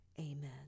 Amen